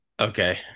Okay